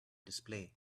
display